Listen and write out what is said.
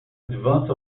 advance